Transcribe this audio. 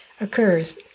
occurs